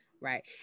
Right